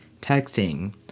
texting